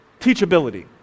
Teachability